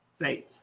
faith